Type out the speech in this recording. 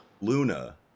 Luna